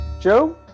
Joe